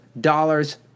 dollars